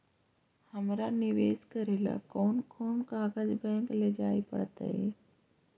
हमरा निवेश करे ल कोन कोन कागज बैक लेजाइ पड़तै?